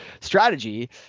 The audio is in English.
strategy